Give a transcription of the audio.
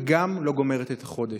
וגם לא גומרת את החודש.